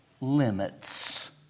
limits